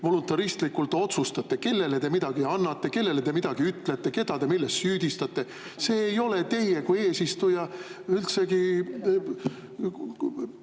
voluntaristlikult otsustate, kellele te midagi annate, kellele te midagi ütlete, keda te milleski süüdistate. See ei ole üldsegi teie kui eesistuja pädevuse